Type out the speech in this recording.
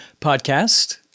podcast